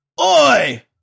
Oi